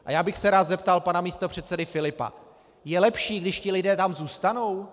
A já bych se rád zeptal pana místopředsedy Filipa: Je lepší, když ti lidé tam zůstanou?